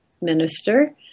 minister